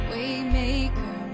Waymaker